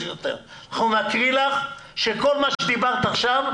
אנחנו נקריא לך ותראי שכל מה שאמרת עכשיו,